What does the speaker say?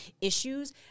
issues